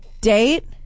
Date